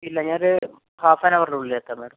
ഇല്ല ഞാനൊരു half an അവറിനുള്ളിലെത്താം മാഡം